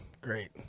Great